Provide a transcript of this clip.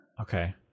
Okay